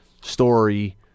story